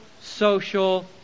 social